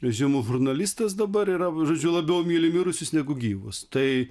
žymus žurnalistas dabar yra žodžiu labiau myli mirusius negu gyvus tai